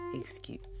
excuse